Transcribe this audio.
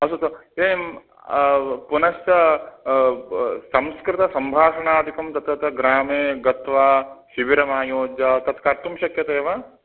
अस्तु स एवं पुनश्च ब् संस्कृतसम्भाषणादिकं तत्र ग्रामे गत्वा शिबिरमायोज्य तत् कर्तुं शक्यते वा